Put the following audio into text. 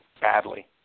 badly